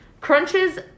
Crunches